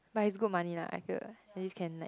but it's good money lah I feel at least can like